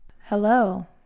Hello